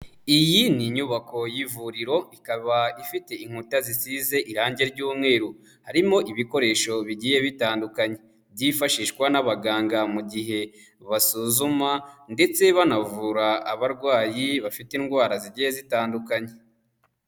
Iyi ni inyubako y'ivuriro, ikaba ifite inkuta zisize irangi ry'umweru. Harimo ibikoresho bigiye bitandukanye. Byifashishwa n'abaganga mu gihe basuzuma, ndetse banavura abarwayi bafite indwara zigiye zitandukanye.